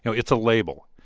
you know it's a label.